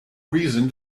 reason